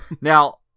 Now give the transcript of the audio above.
Now